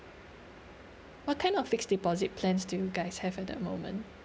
what kind of fixed deposit plans do you guys have at the moment